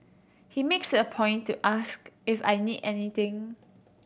he makes a point to ask if I need anything